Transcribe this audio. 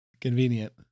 Convenient